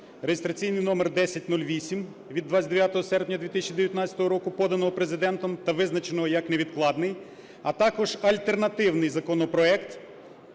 (реєстраційний номер 1008) від 29 серпня 2019 року, поданого Президентом та визначеного як невідкладним, а також альтернативний законопроект,